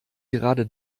gerade